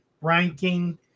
ranking